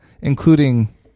including